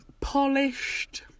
polished